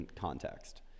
context